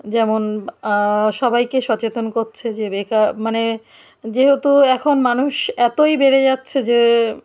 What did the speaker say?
যেমন সবাইকে সচেতন করছে যে বেকার মানে যেহেতু এখন মানুষ এতই বেড়ে যাচ্ছে যে